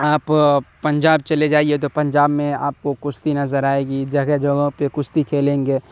آپ پنجاب چلے جائیے تو پنجاب میں آپ کو کشتی نظر آئے گی جگہ جگہوں پہ کشتی کھیلیں گے